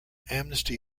amnesty